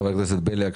חבר הכנסת בליאק,